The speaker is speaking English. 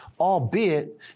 albeit